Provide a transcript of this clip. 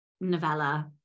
novella